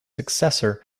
successor